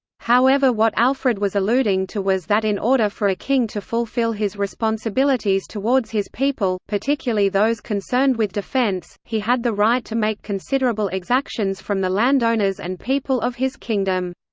however what alfred was alluding to was that in order for a king to fulfil his responsibilities towards his people, particularly those concerned with defence, he had the right to make considerable exactions from the landowners and people of his kingdom.